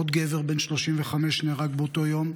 עוד גבר בן 35 נהרג באותו יום,